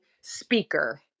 speaker